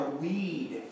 weed